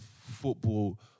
football